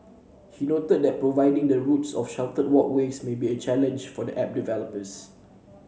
he noted that providing the routes of sheltered walkways may be a challenge for the app developers